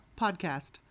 podcast